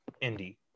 indy